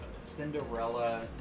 Cinderella